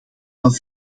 van